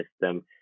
system